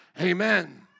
Amen